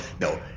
no